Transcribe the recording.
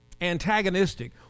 antagonistic